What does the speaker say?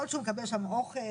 יכול להיות שהוא מקבל שם אוכל?